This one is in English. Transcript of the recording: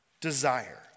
desire